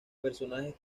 personajes